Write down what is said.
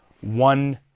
one